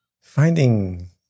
Finding